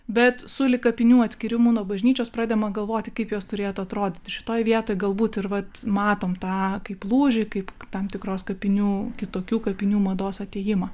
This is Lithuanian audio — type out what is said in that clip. bet sulig kapinių atskyrimu nuo bažnyčios pradedama galvoti kaip jos turėtų atrodyti šitoj vietoj galbūt ir vat matom tą kaip lūžį kaip tam tikros kapinių kitokių kapinių mados atėjimą